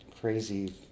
crazy